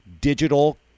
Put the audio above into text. digital